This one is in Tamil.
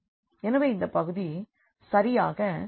எனவே இந்த பகுதி சரியாக Ax0 என்பதின் சொல்யூஷன் ஆகும்